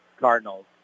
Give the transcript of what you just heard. Cardinals